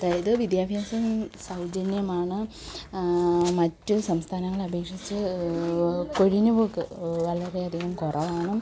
അതായത് വിദ്യാഭ്യാസം സൗജന്യമാണ് മറ്റ് സംസ്ഥാനങ്ങളെ അപേക്ഷിച്ച് കൊഴിഞ്ഞുപോക്ക് വളരെ അധികം കുറവാണ്